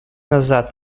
назад